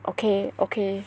okay okay